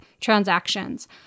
transactions